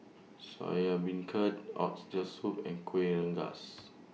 Soya Beancurd Oxtail Soup and Kueh Rengas